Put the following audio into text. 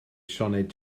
sioned